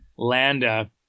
Landa